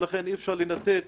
ולכן, אי אפשר לנתק